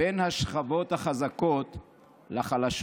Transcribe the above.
בין השכבות החזקות לחלשות.